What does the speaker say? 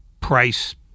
Price